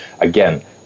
Again